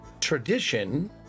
tradition